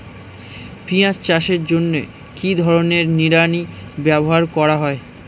পিঁয়াজ চাষের জন্য কি ধরনের নিড়ানি ব্যবহার করা হয়?